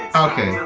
okay